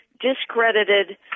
discredited